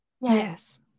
Yes